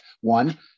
one